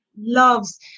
loves